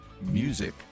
Music